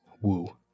woo